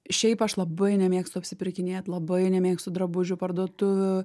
šiaip aš labai nemėgstu apsipirkinėt labai nemėgstu drabužių parduotuvių